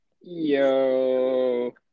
Yo